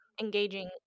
engaging